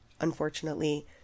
unfortunately